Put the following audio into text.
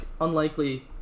unlikely